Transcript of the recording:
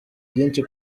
byinshi